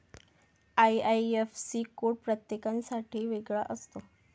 IIFC code प्रत्येकासाठी वेगळा असतो